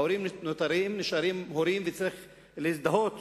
ההורים נשארים הורים, וצריך להזדהות